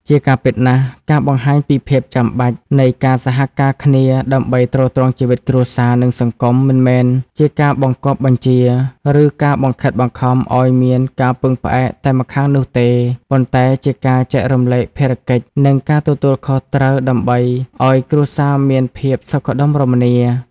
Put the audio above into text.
ជាការពិតណាស់ ការបង្កាញពីភាពចាំបាច់នៃការសហការគ្នាដើម្បីទ្រទ្រង់ជីវិតគ្រួសារ និងសង្គម មិនមែនជាការបង្គាប់បញ្ជា ឬការបង្ខិតបង្ខំឲ្យមានការពឹងផ្អែកតែម្ខាងនោះទេ ប៉ុន្តែជាការចែករំលែកភារកិច្ច និងការទទួលខុសត្រូវដើម្បីឲ្យគ្រួសារមានភាពសុខដុមរមនា។